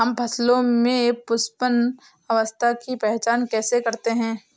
हम फसलों में पुष्पन अवस्था की पहचान कैसे करते हैं?